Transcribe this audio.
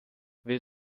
will